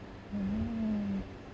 mm